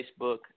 Facebook